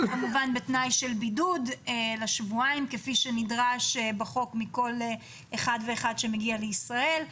בתנאי של בידוד לשבועיים כפי שנדרש בחוק מכל אחד שמגיע לישראל.